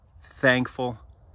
thankful